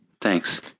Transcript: Thanks